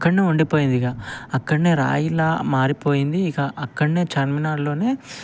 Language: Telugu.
అక్కడనే ఉండిపోయింది ఇక అక్కడనే రాయిలా మారిపోయింది ఇక అక్కడనే చార్మినార్లోనే